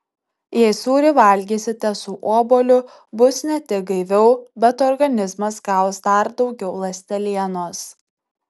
jei sūrį valgysite su obuoliu bus ne tik gaiviau bet organizmas gaus dar daugiau ląstelienos